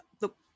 look